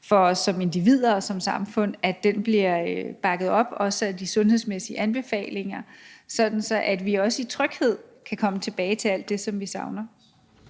for os som individer og som samfund, altså at den bliver bakket op også af de sundhedsmæssige anbefalinger, så vi også i tryghed kan komme tilbage til alt det, som vi savner.